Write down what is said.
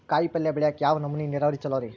ಕಾಯಿಪಲ್ಯ ಬೆಳಿಯಾಕ ಯಾವ್ ನಮೂನಿ ನೇರಾವರಿ ಛಲೋ ರಿ?